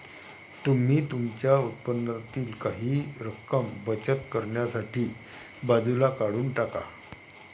तुम्ही तुमच्या उत्पन्नातील काही रक्कम बचत करण्यासाठी बाजूला काढून टाका